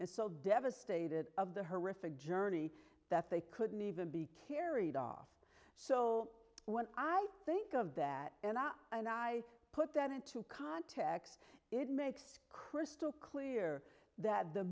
and so devastated of the horrific journey that they couldn't even be carried off so when i think of that and i put that into context it makes crystal clear that the